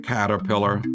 Caterpillar